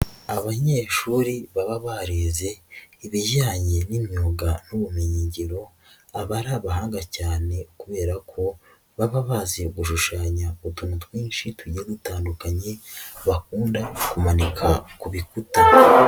Abanyeshuri baba barize ibijyanye n'imyuga n'ubumenyingiro, aba ari abahanga cyane kubera ko baba bazi gushushanya utuntu twinshi tujyiye dutandukanye bakunda kumanika ku bikuta.